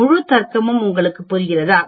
முழு தர்க்கமும் உங்களுக்கு புரிகிறதா